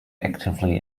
actively